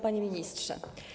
Panie Ministrze!